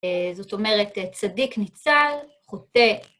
זאת אומרת, צדיק ניצל, חוטא.